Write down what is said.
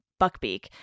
Buckbeak